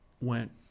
went